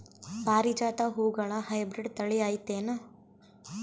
ಪಾರಿಜಾತ ಹೂವುಗಳ ಹೈಬ್ರಿಡ್ ಥಳಿ ಐತೇನು?